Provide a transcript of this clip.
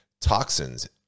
toxins